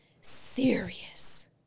serious